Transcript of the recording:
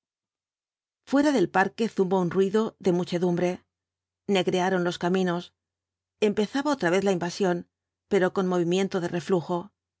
fuera del parque zumbó un ruido de muchedumbre negrearon los caminos empezaba otra vez la invasión pero con movimiento de reflujo